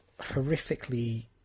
horrifically